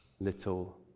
little